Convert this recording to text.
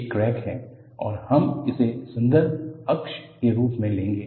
यह क्रैक है और हम इसे संदर्भ अक्ष के रूप में लेंगे